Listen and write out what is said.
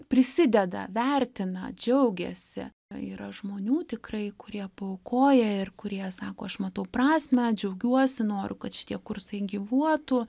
prisideda vertina džiaugiasi yra žmonių tikrai kurie paaukoja ir kurie sako aš matau prasmę džiaugiuosi noriu kad šitie kursai gyvuotų